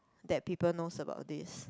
that people knows about this